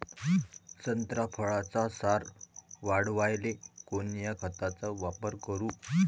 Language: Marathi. संत्रा फळाचा सार वाढवायले कोन्या खताचा वापर करू?